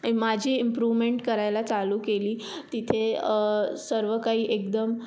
माझी इम्प्रूव्हमेंट करायला चालू केली तिथे सर्व काही एकदम